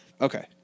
Okay